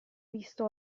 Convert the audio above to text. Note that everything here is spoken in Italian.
visto